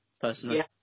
personally